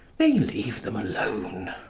they leave them alone.